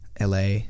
la